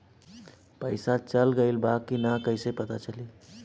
पइसा चल गेलऽ बा कि न और कइसे पता चलि?